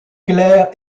claire